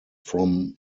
from